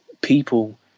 people